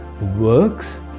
works